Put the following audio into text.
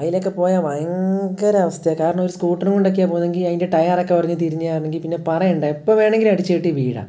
അതിലെയൊക്കെ പോയാൽ ഭയങ്കര അവസ്ഥയാണ് കാരണം ഒരു സ്കൂട്ടറൂം കൊണ്ടൊക്കെയാണ് പോകുന്നതെങ്കിൽ അതിന്റെ ടയാറൊക്കെ ഉരഞ്ഞ് തിരിഞ്ഞിരുന്നെങ്കിൽ പിന്നെ പറയേണ്ട എപ്പോൾ വേണമെങ്കിലും അടിച്ചുകെട്ടി വീഴാം